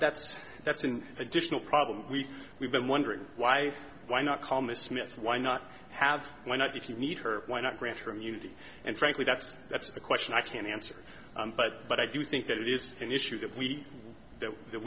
that's that's an additional problem we we've been wondering why why not comma smith why not have why not if you need her why not grant her immunity and frankly that's that's a question i can't answer but but i do think that it is an issue that we that that